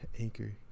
anchor